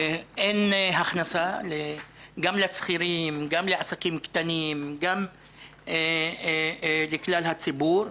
אין הכנסה גם לשכירים גם לעסקים קטנים גם לכלל הציבור.